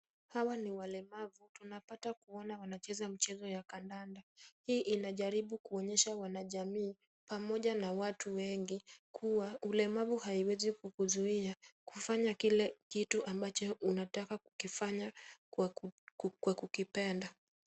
Hawa ni walemavu. Tunapata kuona wanacheza mchezo ya kandanda. Hii inajaribu kuonyesha wajamii pamoja na watu wengi kuwa ulemavu hauwezi kukuzuia kufanya kile kitu ambacho unataka kukifanya kwa kukipenda.